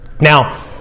Now